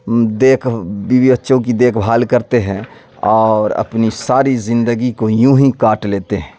دیکھ بیوی بچوں کی دیکھ بھال کرتے ہیں اور اپنی ساری زندگی کو یوں ہی کاٹ لیتے ہیں